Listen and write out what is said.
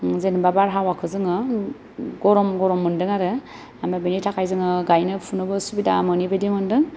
जेनेबा बारहावाखौ जोङो गरम गरम मोनदों आरो ओमफ्राय बेनि थाखाय जोङो गायनो फुनोबो सुबिदा मोनै बायदि मोनदों